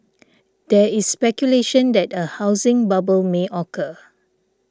there is speculation that a housing bubble may occur